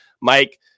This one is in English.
Mike